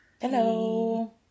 Hello